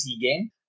game